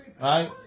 right